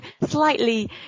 slightly